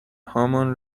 هامان